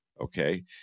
okay